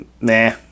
Nah